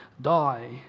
die